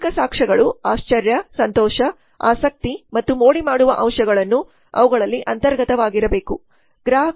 ಭೌತಿಕ ಸಾಕ್ಷ್ಯಗಳು ಆಶ್ಚರ್ಯ ಸಂತೋಷ ಆಸಕ್ತಿ ಮತ್ತು ಮೋಡಿಮಾಡುವ ಅಂಶಗಳನ್ನು ಅವುಗಳಲ್ಲಿ ಅಂತರ್ಗತವಾಗಿರಬೇಕು